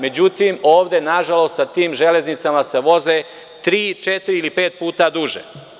Međutim, ovde, nažalost, sa tim železnicama se voze tri, četiri ili pet puta duže.